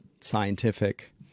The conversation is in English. Scientific